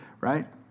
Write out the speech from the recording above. right